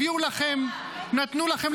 הביאו לכם --- מלחמה.